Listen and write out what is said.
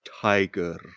tiger